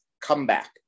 comeback